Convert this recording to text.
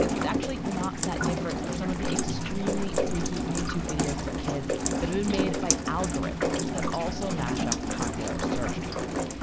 it's actually not that different from some of the extremely freaky youtube videos for kids that are even made by algorithms that also mash up popular search terms.